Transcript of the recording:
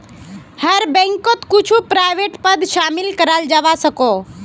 हर बैंकोत कुछु प्राइवेट पद शामिल कराल जवा सकोह